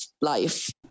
life